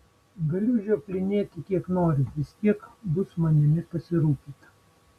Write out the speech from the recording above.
galiu žioplinėti kiek noriu vis tiek bus manimi pasirūpinta